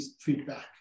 feedback